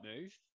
move